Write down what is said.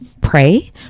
pray